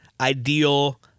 ideal